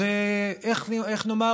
איך נאמר?